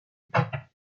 pape